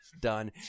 done